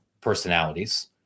personalities